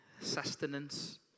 sustenance